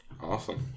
Awesome